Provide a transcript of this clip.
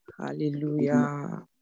Hallelujah